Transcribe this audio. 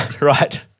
Right